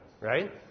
Right